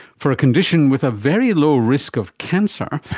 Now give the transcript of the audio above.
for a condition with a very low risk of cancer,